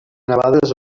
nevades